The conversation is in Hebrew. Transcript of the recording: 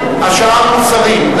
השאר מוסרים.